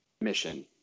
mission